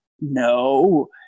no